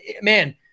Man